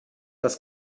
das